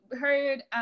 heard